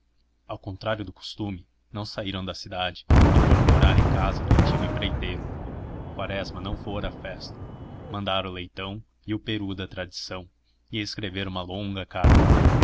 ao contrário do costume não saíram da cidade e foram morar em casa do antigo empreiteiro quaresma não fora à festa mandara o leitão e o peru da tradição e escrevera uma longa carta